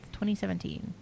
2017